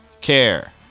care